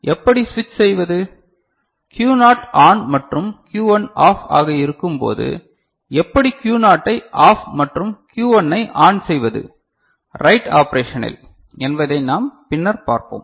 எப்படி சுவிட்ச் செய்வது Q னாட் ஆன் மற்றும் Q1 ஆஃப் ஆக இருக்கும் போது எப்படி Q னாட்டை ஆஃப் மற்றும் Q1 ஜ ஆன் செய்வது ரைட் ஆப்ரேஷனில் என்பதை நாம் பின்னர் பார்ப்போம்